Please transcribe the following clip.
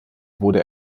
wurde